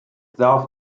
darf